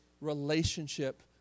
relationship